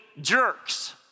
jerks